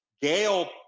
Gail